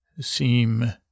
seem